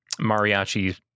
mariachi